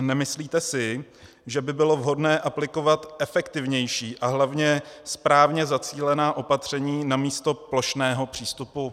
Nemyslíte si, že by bylo vhodné aplikovat efektivnější a hlavně správně zacílená opatření namísto plošného přístupu?